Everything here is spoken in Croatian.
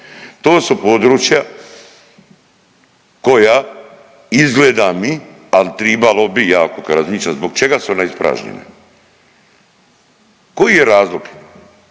To su područja koja izgleda mi, ali tribalo bi ja kako razmišljam. Zbog čega su ona ispražnjena? Koji je razlog?